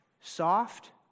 soft